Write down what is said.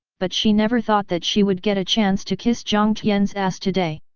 but she never thought that she would get a chance to kiss jiang tian's ass today.